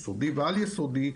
יסודי ועל-יסודי,